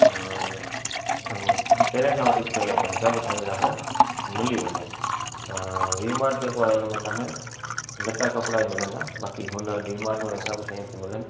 पहिर्यां खां वठी ठहियल आहिनि सभु शयूं तव्हां खे मिली वञनि वी मार्ट जेको आहे उनमें तव्हांखे लटा कपिड़ा ई मिलंदा बाक़ी हुन डी मार्ट में सभु शयूं थी मिलनि